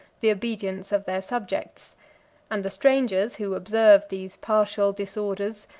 the obedience of their subjects and the strangers, who observed these partial disorders,